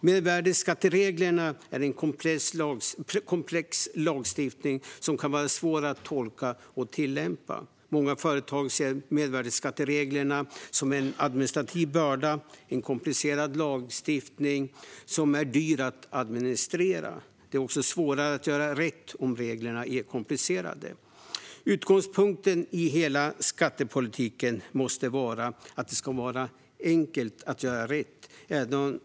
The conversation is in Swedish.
Mervärdesskattereglerna är en komplex lagstiftning som kan vara svår att tolka och tillämpa. Många företag ser mervärdesskattereglerna som en administrativ börda, en komplicerad lagstiftning som är dyr att administrera. Det är också svårare att göra rätt om reglerna är komplicerade. Utgångspunkten i hela skattepolitiken måste vara att det ska vara enkelt att göra rätt.